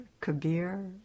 Kabir